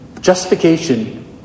justification